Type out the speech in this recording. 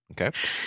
Okay